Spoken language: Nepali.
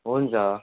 हुन्छ